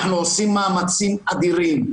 אנחנו עושים מאמצים אדירים,